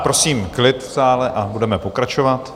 Prosím o klid v sále a budeme pokračovat.